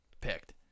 picked